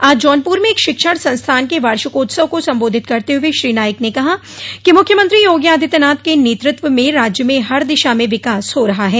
आज जौनपुर में एक शिक्षण संस्थान के वार्षिकोत्सव को संबोधित करते हुए श्री नाईक ने कहा कि मूख्यमंत्री योगी आदित्यनाथ के नेतृत्व में राज्य में हर दिशा में विकास हो रहा है